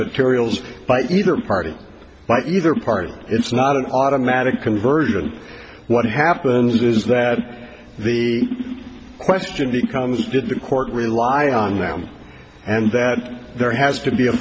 materials by either party by either party it's not an automatic conversion what happens is that the question becomes did the court rely on them and that there has to be a